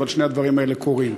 אבל שני הדברים האלה קורים.